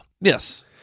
Yes